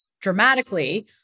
dramatically